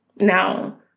now